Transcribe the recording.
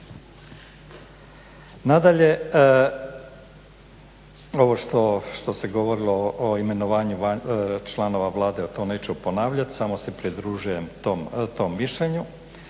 Nadalje, ovo što se govorilo o imenovanjima članova Vlade, to neću ponavljati samo se pridružujem tom mišljenju.